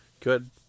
Good